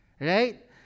right